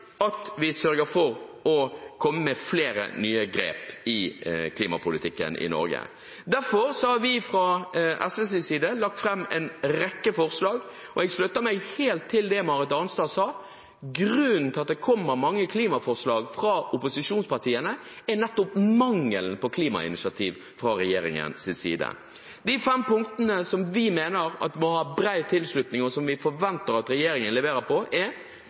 vi sørger for å komme med flere nye grep i klimapolitikken i Norge. Derfor har vi fra SVs side lagt fram en rekke forslag. Jeg slutter meg helt til det Marit Arnstad sa, at grunnen til at det kommer mange klimaforslag fra opposisjonspartiene, er nettopp mangelen på klimainitiativ fra regjeringens side. De fem punktene som vi mener må ha bred tilslutning, og som vi forventer at regjeringen leverer på, er: